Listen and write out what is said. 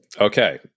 Okay